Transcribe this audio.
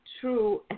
true